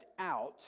out